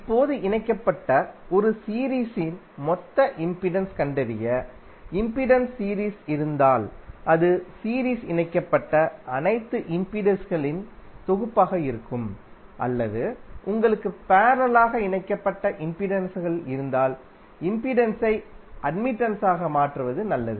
இப்போது இணைக்கப்பட்ட ஒரு சீரீஸின் மொத்த இம்பிடன்ஸைக் கண்டறிய இம்பிடன்ஸ் சீரீஸில் இருந்தால் அது சீரீஸில் இணைக்கப்பட்ட அனைத்து இம்பிடன்ஸ்களின் தொகுப்பாக இருக்கும் அல்லது உங்களுக்கு பேரலலாக இணைக்கப்பட்ட இம்பிடன்ஸ்கள் இருந்தால் இம்பிடன்ஸை அட்மிடன்ஸாக மாற்றுவது நல்லது